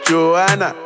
Joanna